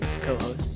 co-host